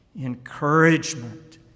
encouragement